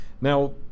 Now